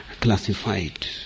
classified